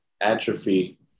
atrophy